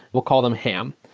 we'll call them ham.